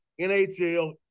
NHL